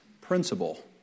principle